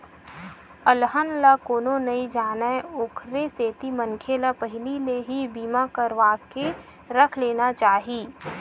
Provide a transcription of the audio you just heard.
अलहन ला कोनो नइ जानय ओखरे सेती मनखे ल पहिली ले ही बीमा करवाके रख लेना चाही